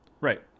Right